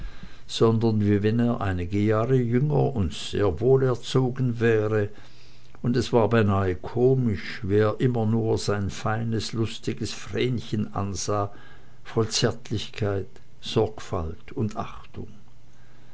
sondern wie wenn er einige jahre jünger und sehr wohl erzogen wäre und es war beinahe komisch wie er nur immer sein feines lustiges vrenchen ansah voll zärtlichkeit sorgfalt und achtung